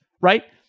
right